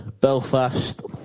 Belfast